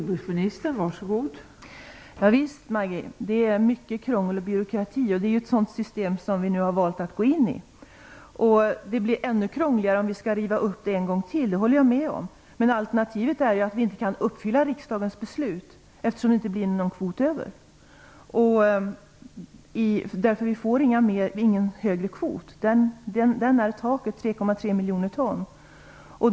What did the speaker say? Fru talman! Visst är det mycket krångel och byråkrati, Maggi Mikaelsson. Det är ju ett sådant system som vi nu har valt att gå in i. Det blir ännu krångligare om vi skall riva upp det en gång till. Det håller jag med om. Men alternativet är att vi inte kan uppfylla riksdagens beslut, eftersom det inte blir någon kvot över. Vi får ingen högre kvot. 3,3 miljoner ton är taket.